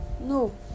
no